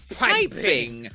piping